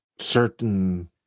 certain